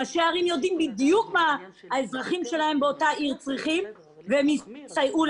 ראשי ערים יודעים בדיוק מה האזרחים שלהם באותה עיר צריכים והם יסייעו.